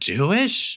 Jewish